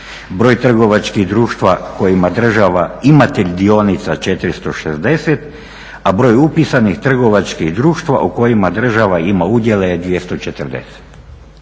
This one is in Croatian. broj trgovačkih društva koje ima država imatelj dionica 460 a broj upisanih trgovačkih društva u kojima država ima udjele je 240.